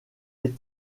est